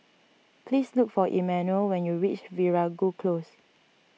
please look for Emmanuel when you reach Veeragoo Close